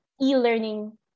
e-learning